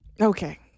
Okay